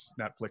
Netflix